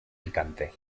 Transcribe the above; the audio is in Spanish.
picante